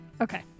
Okay